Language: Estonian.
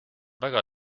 väga